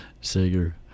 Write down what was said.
Sager